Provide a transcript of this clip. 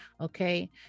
okay